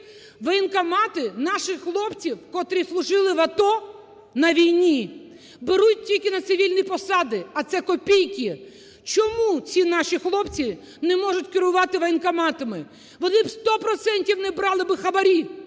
воєнкомати наших хлопців, котрі служили в АТО на війні, беруть тільки на цивільні посади, а це копійки. Чому ці наші хлопці не можуть керувати воєнокоматами? Вони б сто процентів не брали би хабарів,